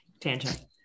tangent